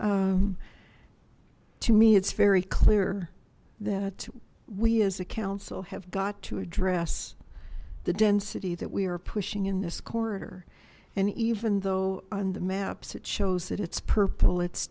mountain to me it's very clear that we as a council have got to address the density that we are pushing in this corridor and even though on the maps it shows that it's purple it's